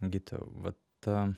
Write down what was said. gydytojau vat